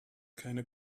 keine